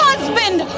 Husband